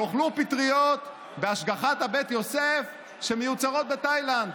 תאכלו פטריות בהשגחת בית יוסף שמיוצרות בתאילנד